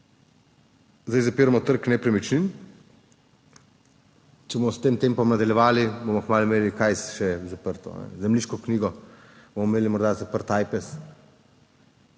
zdaj zapiramo trg nepremičnin. Če bomo s tem tempom nadaljevali, bomo kmalu imeli kaj še zaprto zemljiško knjigo, bomo imeli morda zaprt AJPES.